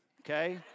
okay